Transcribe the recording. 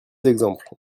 exemples